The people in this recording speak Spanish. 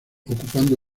ocupando